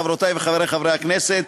חברותי וחברי חברי הכנסת,